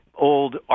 old